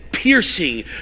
piercing